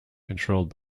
controlled